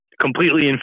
completely